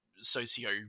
socio